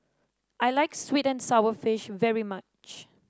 I like sweet and sour fish very much